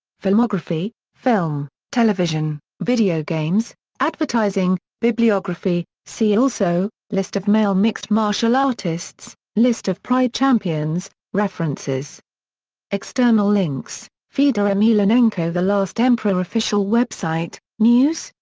filmography film television video games advertising bibliography see also list of male mixed martial artists list of pride champions references external links fedor emelianenko the last emperor official website news,